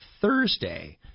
Thursday